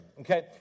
Okay